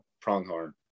pronghorn